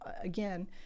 again